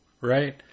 right